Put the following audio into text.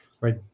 Right